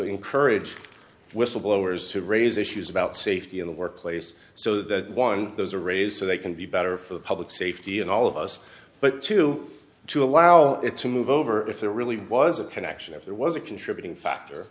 encourage whistleblowers to raise issues about safety in the workplace so that one those arrays so they can be better for public safety and all of us but to to allow it to move over if there really was a connection if there was a contributing factor